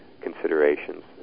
considerations